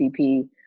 CP